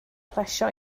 plesio